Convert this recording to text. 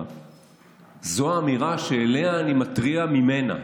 זו האמירה שעליה אני מתריע, ממנה.